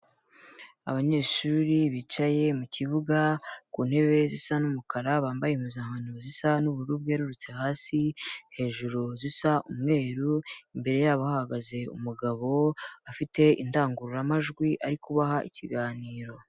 Abanyeshuri bicaye mu kibuga ku ntebe zisa n'umukara bambaye impuzankano zisa n'ubururu bwerurutse hasi, hejuru zisa umweru, imbere yabo hahagaze umugabo afite indangururamajwi ari kubaha ikiganiro.